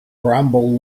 crumble